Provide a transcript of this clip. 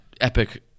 epic